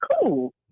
cool